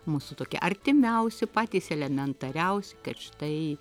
mūsų tokie artimiausi patys elementariausi kad štai